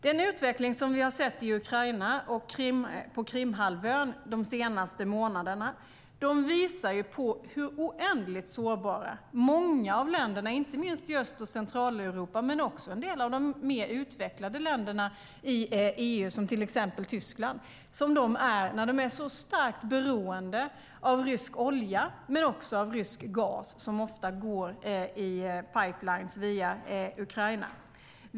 Den utveckling som vi de senaste månaderna sett i Ukraina och på Krimhalvön visar hur oändligt sårbara många av länderna är när de är så starkt beroende av rysk olja, och även av rysk gas, som ofta går i pipeliner via Ukraina. Det gäller inte minst länderna i Öst och Centraleuropa men också en del av de mer utvecklade länderna i EU, till exempel Tyskland.